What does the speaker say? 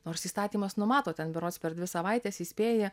nors įstatymas numato ten berods per dvi savaites įspėja